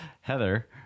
Heather